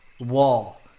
wall